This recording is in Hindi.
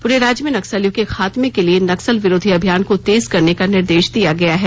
पूरे राज्य में नक्सलियों के खात्मे के लिए नस्सल विरोधी अभियान को तेज करने का निर्देश दिया गया है